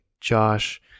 Josh